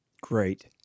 Great